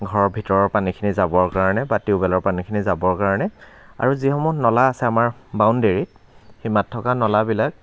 ঘৰৰ ভিতৰৰ পানীখিনি যাবৰ কাৰণে বা টিউবেলৰ পানীখিনি যাবৰ কাৰণে আৰু যিসমূহ নলা আছে আমাৰ বাউণ্ডেৰীত সীমাত থকা নলাবিলাক